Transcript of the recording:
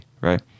Right